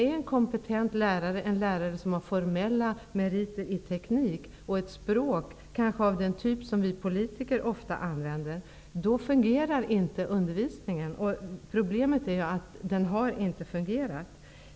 Är en kompetent lärare en lärare som har formella meriter i teknik, men ett språk av den typ vi politiker ofta använder? Om det är så, fungerar inte undervisningen. Problemet är att undervisningen inte har fungerat.